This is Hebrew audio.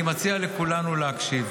אני מציע לכולנו להקשיב.